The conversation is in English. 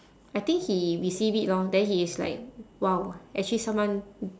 I think he receive it lor then he's like !wow! actually someone